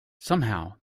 somehow